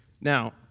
Now